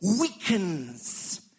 weakens